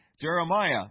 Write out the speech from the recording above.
Jeremiah